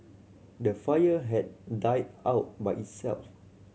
the fire had died out by itself